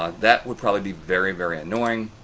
ah that would probably be very very annoying.